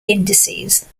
indices